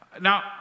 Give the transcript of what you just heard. Now